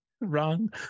wrong